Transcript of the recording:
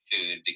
food